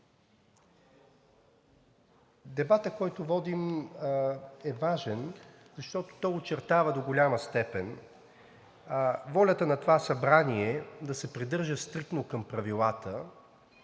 Дебатът, който водим, е важен, защото той очертава до голяма степен волята на това Събрание да се придържа стриктно към правилата